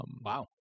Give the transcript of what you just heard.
Wow